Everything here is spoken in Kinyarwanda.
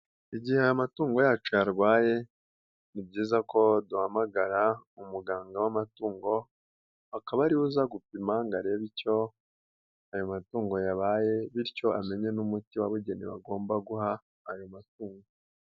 Igihe aya matungo yacu yarwaye ni byiza ko duhamagara umuganga w'amatungo, akaba ari we uza gupima ngo arebe icyo ayo matungo yabaye, bityo amenye n'umuti wabugenewe agomba guha ayo matungo.